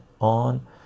on